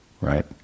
right